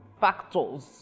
factors